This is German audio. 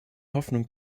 hoffnung